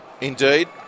Indeed